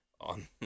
on